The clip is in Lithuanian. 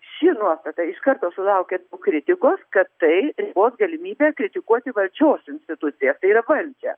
ši nuostata iš karto sulaukė kritikos kad tai ribos galimybę kritikuoti valdžios instituciją tai yra valdžią